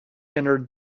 entered